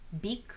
big